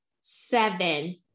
Seven